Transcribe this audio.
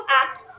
asked